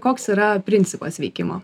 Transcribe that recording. koks yra principas veikimo